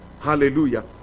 Hallelujah